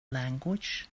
language